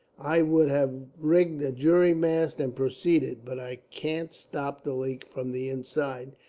i would have rigged a jury-mast and proceeded but i can't stop the leak from the inside,